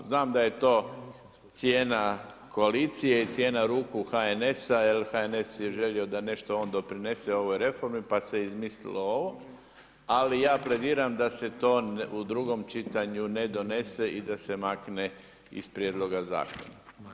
Znam da je to cijena koalicije i cijena ruku HNS-a jer HNS je želio da on nešto doprinese ovoj reformi pa se izmislilo ovo, ali ja plediram da se to u drugom čitanju ne donese i da se makne iz prijedloga zakona.